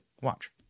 Watch